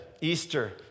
Easter